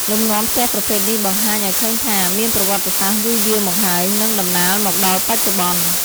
លំនាំផ្ទះប្រភេទនេះបង្ហាញឲ្យឃើញថា មានប្រវត្តិសាស្ត្រយូរយារមកហើយ និងតំណាលមកដល់បច្ចុប្បន្ន។